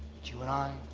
you and i,